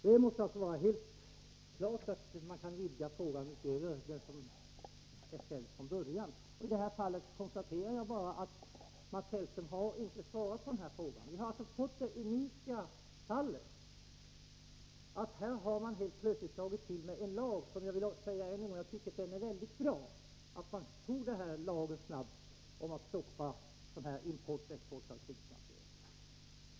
Det måste alltså vara helt klart att man kan vidga interpellationsdebatten utöver den fråga som är ställd från början. I det här fallet konstaterar jag bara att Mats Hellström inte har svarat på min fråga. Vi har ju fått det unika fallet att man här plötsligt har slagit till med en lag. Jag vill säga än en gång att jag tycker att det är mycket bra att man snabbt införde lagen om att stoppa sådan här import och export av krigsmateriel.